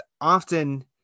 often